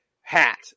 hat